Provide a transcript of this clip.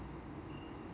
okay